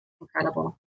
Incredible